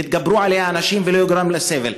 יתגברו עליה ולא ייגרם לאנשים סבל?